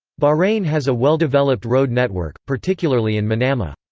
bahrain has a well-developed road network, particularly in manama.